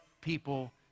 people